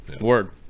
word